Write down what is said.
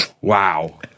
wow